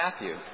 Matthew